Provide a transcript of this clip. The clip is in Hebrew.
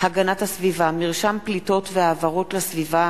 הגנת הסביבה (מרשם פליטות והעברות לסביבה),